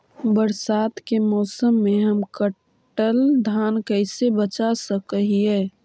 बरसात के मौसम में हम कटल धान कैसे बचा सक हिय?